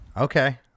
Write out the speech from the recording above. okay